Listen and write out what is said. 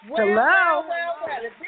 Hello